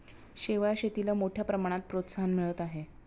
शेवाळ शेतीला मोठ्या प्रमाणात प्रोत्साहन मिळत आहे